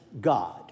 God